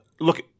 look